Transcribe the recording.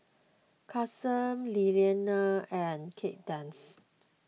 Kason Lillianna and Kaydence